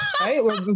right